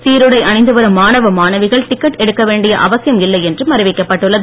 சீருடை அணிந்து வரும் மாணவ மாணவிகள் டிக்கெட் எடுக்க வேண்டிய அவசியம் இல்லை என்றும் அறிவிக்கப்பட்டுள்ளது